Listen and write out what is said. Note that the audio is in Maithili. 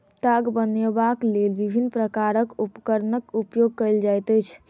ताग बनयबाक लेल विभिन्न प्रकारक उपकरणक उपयोग कयल जाइत अछि